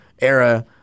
era